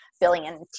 billion